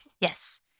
Yes